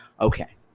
Okay